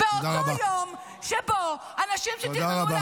באותו יום שבו אנשים שתכננו, תודה רבה.